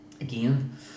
again